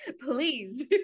please